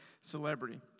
celebrity